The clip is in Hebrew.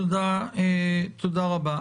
תודה רבה.